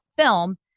film